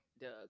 Doug